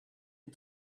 een